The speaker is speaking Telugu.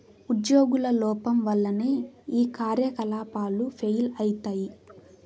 ఉజ్యోగుల లోపం వల్లనే ఈ కార్యకలాపాలు ఫెయిల్ అయితయి